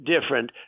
different